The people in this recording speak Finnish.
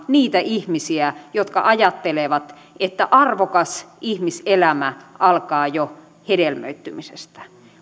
niitä ihmisiä jotka ajattelevat että arvokas ihmiselämä alkaa jo hedelmöittymisestä